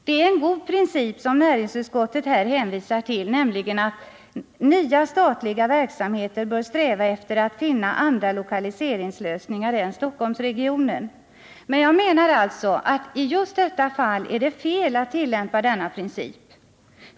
Det är en god princip, som näringsutskottet här hänvisar till, nämligen att ”nya statliga verksamheter bör sträva efter att finna andra lokaliseringslösningar än Stockholmsregionen”, men jag menar alltså att i just detta fall är det fel att tillämpa denna princip.